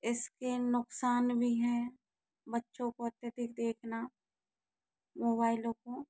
इसके नुकसान भी हैं बच्चों को अत्यधिक देखना मोबाइलों को